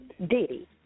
Diddy